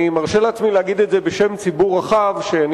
אני מרשה לעצמי להגיד את זה בשם ציבור רחב שאני